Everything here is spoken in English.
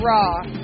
Raw